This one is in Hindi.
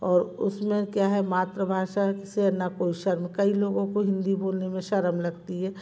और उसमें क्या है मातृभाषा से ना कोई शर्म कई लोगो को हिंदी बोलने में शर्म लगती है